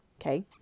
okay